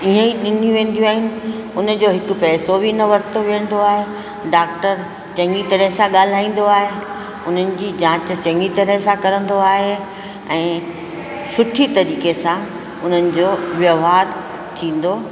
ईअं ई ॾिनी वेंदियूं आहिनि उन जो हिकु पैसो बि वरितो वेंदो आहे डॉक्टर चङी तरह सां ॻाल्हाईंदो आहे उन्हनि जी जाच चङी तरह सां कंदो आहे ऐं सुठी तरीक़े सां उन्हनि जो व्यवहारु थींदो